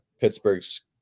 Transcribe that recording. Pittsburgh's